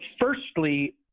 firstly